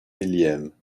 millième